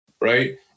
Right